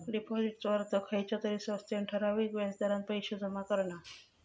डिपाॅजिटचो अर्थ खयच्या तरी संस्थेत ठराविक व्याज दरान पैशे जमा करणा